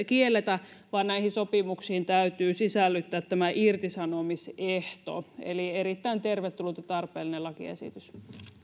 kielletä vaan näihin sopimuksiin täytyy sisällyttää tämä irtisanomisehto eli erittäin tervetullut ja tarpeellinen lakiesitys